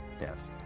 Yes